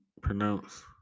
pronounce